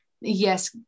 yes